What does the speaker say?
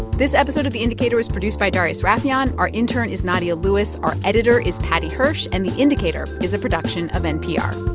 this episode of the indicator was produced by darius rafieyan. our intern is nadia lewis, our editor is paddy hirsch, and the indicator is a production of npr